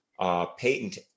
Patent